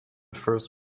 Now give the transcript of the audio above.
first